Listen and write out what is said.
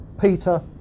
Peter